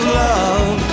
love